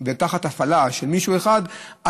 ותחת הפעלה של מישהו אחד,